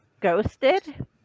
Ghosted